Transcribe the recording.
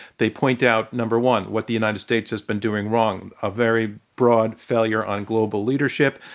they point out, number one, what the united states has been doing wrong, a very broad failure on global leadership,